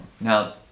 now